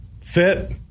fit